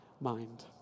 mind